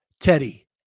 Teddy